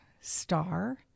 star